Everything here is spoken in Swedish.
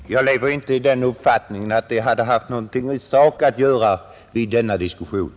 Fru talman! Jag lever inte i den uppfattningen att det i sak hade gjort någonting till den diskussionen.